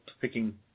picking